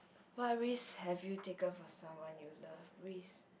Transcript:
what risk have you taken for someone you love risk